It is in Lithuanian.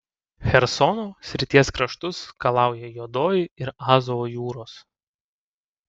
chersono srities kraštus skalauja juodoji ir azovo jūros